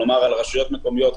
כלומר על רשויות מקומיות,